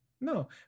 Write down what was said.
no